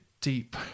deep